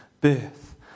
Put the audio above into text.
birth